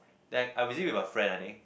then I visit with a friend I think